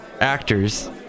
actors